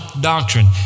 doctrine